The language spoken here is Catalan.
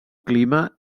clima